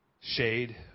shade